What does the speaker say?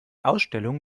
ausstellung